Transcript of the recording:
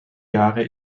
jahre